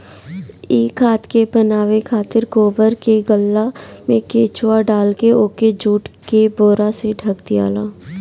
इ खाद के बनावे खातिर गोबर के गल्ला में केचुआ डालके ओके जुट के बोरा से ढक दियाला